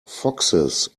foxes